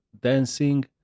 dancing